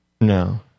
no